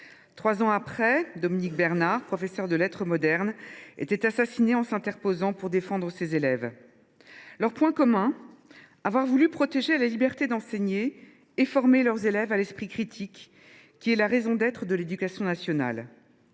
Trois ans après, Dominique Bernard, professeur de lettres modernes, était assassiné en s’interposant pour défendre ses élèves. Leur point commun est d’avoir voulu protéger la liberté d’enseigner et former leurs élèves à l’esprit critique, qui est la raison d’être de l’éducation nationale.